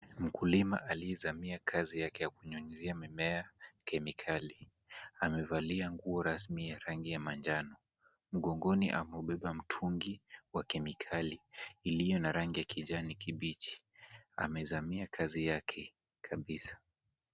Mkulima aliyezamia kazi yake ya kunyunyizia mimea kemikali. Amevalia nguo rasmi ya rangi ya manjano. Mgongoni ameubeba mtungi wa kemikali iliyo na rangi ya kijani kibichi. Amezamia kazi yake kabisa.